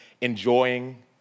enjoying